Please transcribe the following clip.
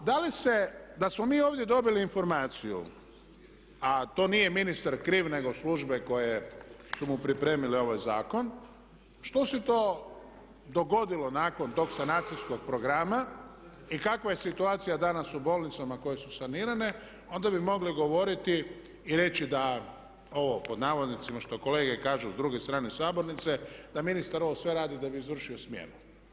A da li se da smo mi ovdje dobili informaciju a to nije ministar kriv nego službe koje su mu pripremile ovaj zakon što se to dogodilo nakon tog sanacijskog programa i kakva je situacija danas u bolnicama koje su sanirane onda bi mogle govoriti i reći da ovo pod navodnicima što kolege kažu s druge strane sabornice da ministar ovo sve radi da bi izvršio smjenu.